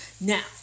now